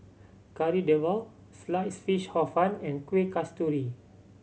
Kari Debal Sliced Fish Hor Fun and Kueh Kasturi